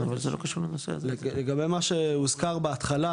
שהוזכר בהתחלה,